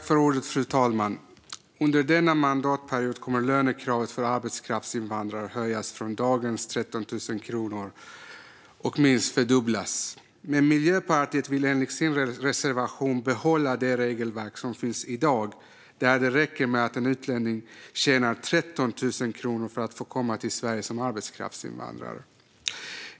Fru talman! Under denna mandatperiod kommer lönekravet för arbetskraftsinvandrare att höjas från dagens 13 000 kronor och minst fördubblas. Men Miljöpartiet vill enligt sin reservation behålla det regelverk som finns i dag, där det räcker med att en utlänning tjänar 13 000 kronor för att den ska få komma till Sverige som arbetskraftsinvandrare.